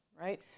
right